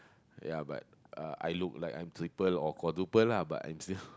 ya but I look like I'm triple or quadruple lah but I'm still